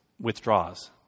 withdraws